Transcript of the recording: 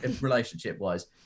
relationship-wise